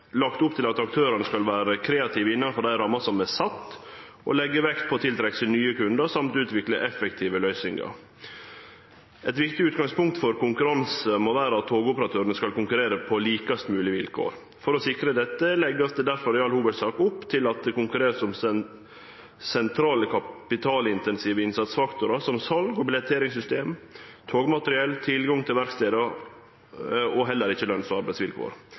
opp til at aktørane skal vere kreative innanfor dei rammene som er sette, og leggje vekt på å tiltrekkje seg nye kundar og utvikle effektive løysingar. Eit viktig utgangspunkt for konkurranse må vere at togoperatørane skal konkurrere på likast moglege vilkår. For å sikre dette blir det derfor i all hovudsak ikkje lagt opp til at det skal konkurrerast om sentrale kapitalintensive innsatsfaktorar som sal- og billetteringssystem, togmateriell, tilgang til verkstader og heller ikkje løns- og arbeidsvilkår.